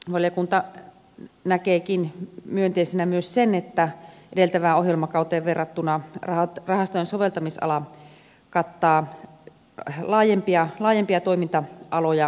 valiokunta näkeekin myönteisenä myös sen että edeltävään ohjelmakauteen verrattuna rahaston soveltamisala kattaa laajempia toiminta aloja sisäasioissa